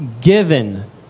given